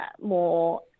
more